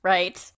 Right